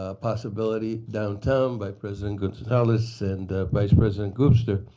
ah possibility downtown by president gonzales and vice president gubser.